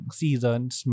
seasons